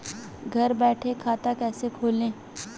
घर बैठे खाता कैसे खोलें?